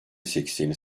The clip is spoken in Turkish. sekseni